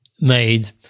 made